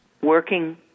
working